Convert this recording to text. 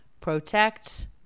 protect